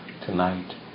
tonight